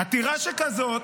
עתירה שכזאת,